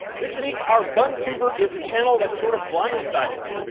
this week our guntuber is a channel that sort of blindsided me,